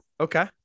okay